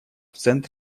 центр